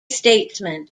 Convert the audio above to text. statesmen